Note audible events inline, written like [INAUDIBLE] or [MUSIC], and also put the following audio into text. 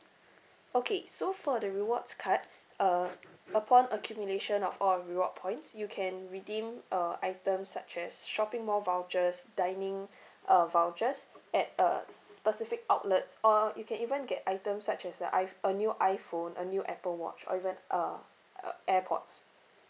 okay so for the rewards card uh [NOISE] upon accumulation of all the reward points you can redeem uh items such as shopping mall vouchers dining [BREATH] uh vouchers at uh specific outlets uh you can even get items such as the iph~ a new iPhone a new Apple watch or even a uh AirPods